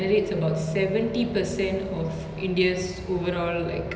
film industry வந்து:vanthu like very respected lah you can say that